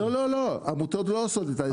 לא, העמותות לא עושות את זה.